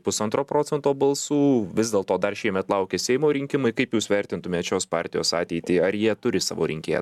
pusantro procento balsų vis dėlto dar šiemet laukia seimo rinkimai kaip jūs vertintumėt šios partijos ateitį ar jie turi savo rinkėją